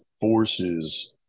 forces